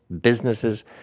businesses